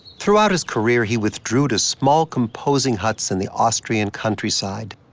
throughout his career, he withdrew to small composing huts in the austrian countryside.